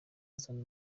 azana